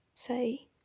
say